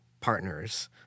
partners